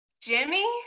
Jimmy